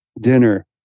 dinner